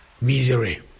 misery